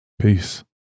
Peace